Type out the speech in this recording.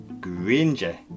Granger